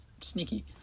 Sneaky